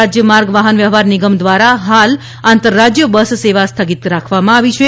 ગુજરાત રાજ્યમાર્ગ વાહનવ્યવહાર નિગમ દ્વારા હાલ આંતરરાજ્ય બસ સેવા સ્થગિત રાખવામાં આવી છે